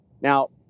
Now